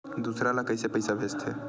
दूसरा ला कइसे पईसा भेजथे?